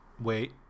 wait